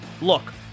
Look